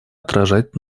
отражать